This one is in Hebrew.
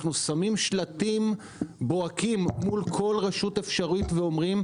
אנחנו שמים שלטים בוהקים מול כל רשות אפשרית ואומרים: